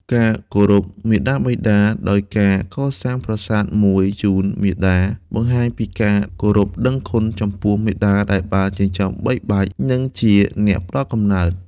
ការគោរពមាតាបិតាដោយការកសាងប្រាសាទមួយជូនមាតា បង្ហាញពីការគោរពដឹងគុណចំពោះមាតាដែលបានចិញ្ចឹមបីបាច់ និងជាអ្នកផ្ដល់កំណើត។